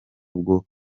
bwo